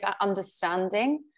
understanding